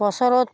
বছৰত